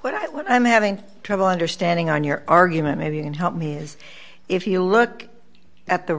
what i what i'm having trouble understanding on your argument maybe and help me is if you look at the